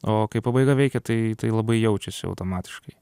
o kai pabaiga veikia tai tai labai jaučiasi automatiškai